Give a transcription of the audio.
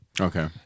okay